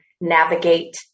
navigate